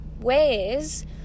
ways